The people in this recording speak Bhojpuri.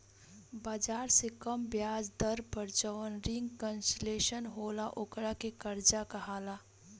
बाजार से कम ब्याज दर पर जवन रिंग कंसेशनल होला ओकरा के कर्जा कहाला